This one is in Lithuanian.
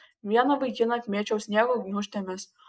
vieną vaikiną apmėčiau sniego gniūžtėmis